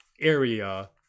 area